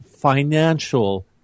financial